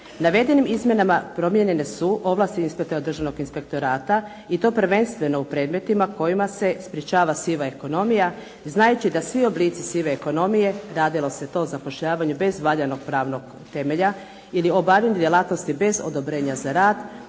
Navedenim izmjenama promijenjene su ovlasti Državnog inspektorata i to prvenstveno u predmetima kojima se sprječava siva ekonomija znajući da svi oblici sive ekonomije radilo se to o zapošljavanju bez valjanog pravnog temelja ili obavljanje djelatnosti bez odobrenja za rad,